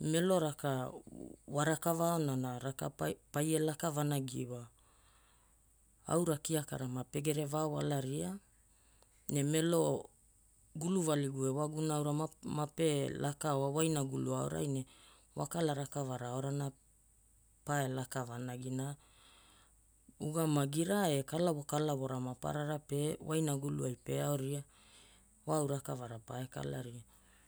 Melo raka warakava aonana raka paie laka vanagi iwa. Aura kiakara mapegere va walaria, ne Melo guluvaligu ewaguna aura mapelakaoa wainagulu aorai ne wakala rakavara aorana pae laka vanagi na ugamagira e kalavo kalavora maparara pe wainagulu ai pe aoria wa aurakavara pae kalaria